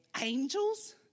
Angels